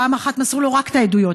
פעם אחת מסרו לו רק את העדויות.